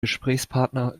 gesprächspartner